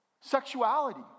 Sexuality